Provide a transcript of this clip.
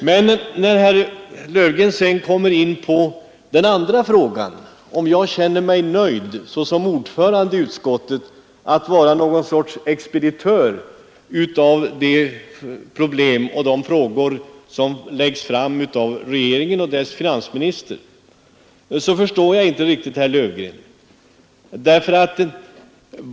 Sedan förstår jag inte riktigt herr Löfgren när han kommer in på den andra frågan, om jag känner mig nöjd såsom ordförande i utskottet med att vara något slags expeditör av de förslag som läggs fram av regeringen och dess finansminister.